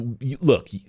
look